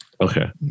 Okay